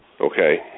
Okay